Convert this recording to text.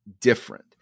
different